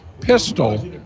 pistol